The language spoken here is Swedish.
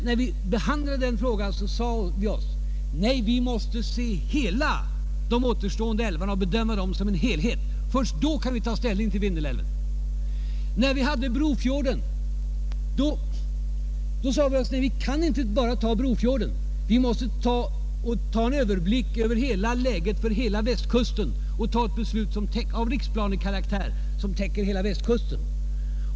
När vi behandlade den frågan sade vi oss att vi måste se alla de återstående älvarna och bedöma dem som en helhet. Först då kunde vi ta ställning beträffande Vindelälven. I fråga om Brofjorden sade vi oss att vi inte kunde besluta enbart om Brofjorden. Vi måste skaffa oss en överblick över läget för hela Västkusten och fatta ett beslut av riksplanekaraktär som täckte hela Västkusten.